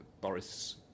Boris